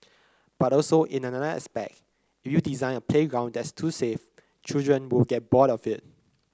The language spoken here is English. but also in another aspect if you design a playground that's too safe children will get bored of it